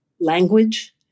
language